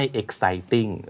exciting